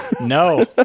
No